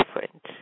different